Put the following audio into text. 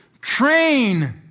train